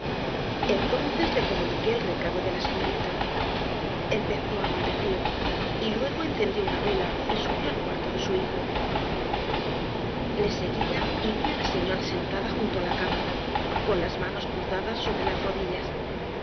entonces le comuniqué el recado de la señorita empezó a maldecir y luego encendió una vela y subió al cuarto de su hijo le seguía y vi a la señora sentada junto a la cama con las manos cruzadas sobre las rodillas